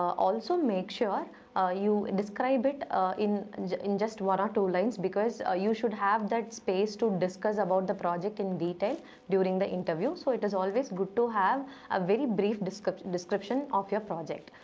also, make sure ah you describe it ah in in just one or two lines because ah you should have the space to discuss about the project in detail during the interview. so it is always good to have a very brief description description of your project.